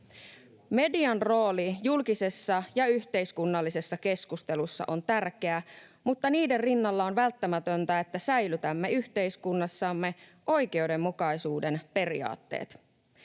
Median rooli julkisessa ja yhteiskunnallisessa keskustelussa on tärkeä, mutta niiden rinnalla on välttämätöntä, että säilytämme yhteiskunnassamme oikeudenmukaisuuden periaatteet.